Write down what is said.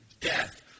death